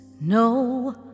No